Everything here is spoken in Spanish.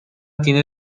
tiene